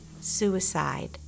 suicide